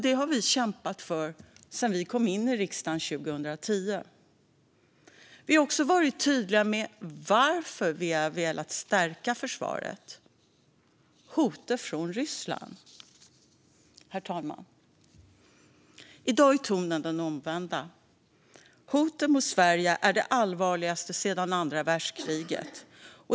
Det har vi kämpat för sedan vi kom in i riksdagen 2010. Vi har också varit tydliga med varför vi har velat stärka försvaret: hotet från Ryssland. Herr talman! I dag är tonen den omvända. Hoten mot Sverige är de allvarligaste sedan andra världskriget.